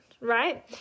right